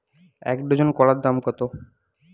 এক ডজন কলার দাম কত?